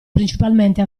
principalmente